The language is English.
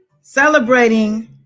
celebrating